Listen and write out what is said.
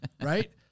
Right